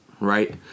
right